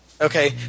Okay